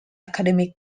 academic